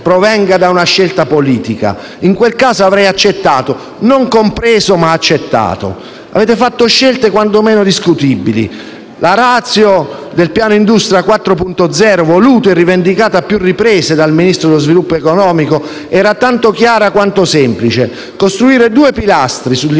provenga da una scelta politica; in quel caso avrei accettato; non compreso ma accettato. Avete fatto scelte quanto meno discutibili. La *ratio* del piano Industria 4.0, voluto e rivendicato a più riprese dal Ministro dello sviluppo economico, era tanto chiara quanto semplice: costruire due pilastri, gli